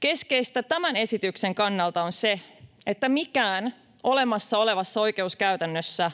Keskeistä tämän esityksen kannalta on se, että mikään olemassa olevassa oikeuskäytännössä